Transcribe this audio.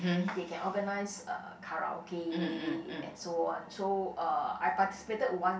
they can organise uh karaoke and so on so uh I participated once